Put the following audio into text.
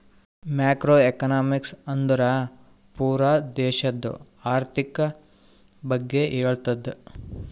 macro economics ಅಂದುರ್ ಪೂರಾ ದೇಶದು ಆರ್ಥಿಕ್ ಬಗ್ಗೆ ಹೇಳ್ತುದ